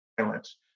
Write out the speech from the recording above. violence